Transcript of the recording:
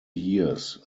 years